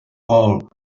all